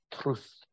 truth